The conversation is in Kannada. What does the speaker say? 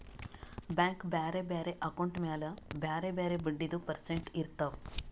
ಬ್ಯಾಂಕ್ ಬ್ಯಾರೆ ಬ್ಯಾರೆ ಅಕೌಂಟ್ ಮ್ಯಾಲ ಬ್ಯಾರೆ ಬ್ಯಾರೆ ಬಡ್ಡಿದು ಪರ್ಸೆಂಟ್ ಇರ್ತಾವ್